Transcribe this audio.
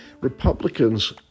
Republicans